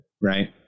Right